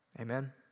Amen